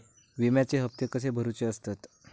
विम्याचे हप्ते कसे भरुचे असतत?